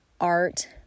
art